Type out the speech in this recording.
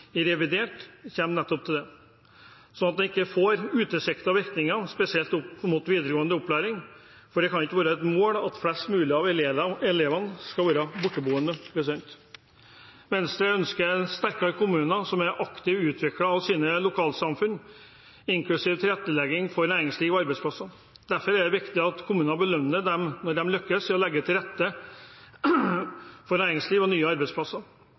i revidert nasjonalbudsjett, som kommer til nettopp det, sånn at en ikke får utilsiktede virkninger, spesielt opp mot videregående opplæring, for det kan ikke være et mål at flest mulig av elevene skal være borteboende. Venstre ønsker sterkere kommuner som er aktive utviklere av sine lokalsamfunn, inklusiv tilrettelegging for næringsliv og arbeidsplasser. Derfor er det viktig at kommunene belønner dem når de lykkes i å legge til rette for næringsliv og nye arbeidsplasser.